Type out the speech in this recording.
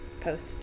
post